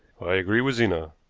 i agree with zena.